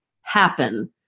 happen